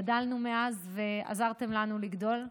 גדלנו מאז ועזרתם לנו לגדול.